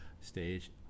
stage